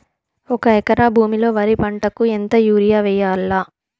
ఒక ఎకరా భూమిలో వరి పంటకు ఎంత యూరియ వేయల్లా?